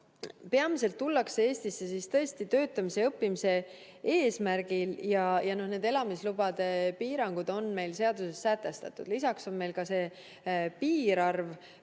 Peamiselt tullakse Eestisse siis tõesti töötamise ja õppimise eesmärgil. Elamislubade piirangud on meil seaduses sätestatud. Lisaks on meil piirarv,